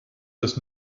das